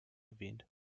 erwähnt